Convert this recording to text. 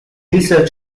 research